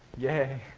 yay!